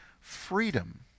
freedom